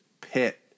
pit